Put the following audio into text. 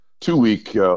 two-week